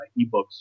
ebooks